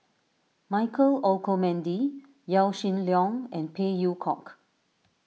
Michael Olcomendy Yaw Shin Leong and Phey Yew Kok